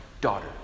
daughter